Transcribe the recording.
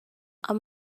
kan